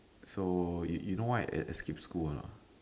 so you you know why I I skip school or not